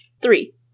Three